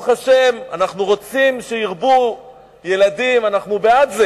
ברוך השם, אנחנו רוצים שירבו ילדים, אנחנו בעד זה.